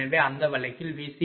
எனவே அந்த வழக்கில் Vc1